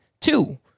two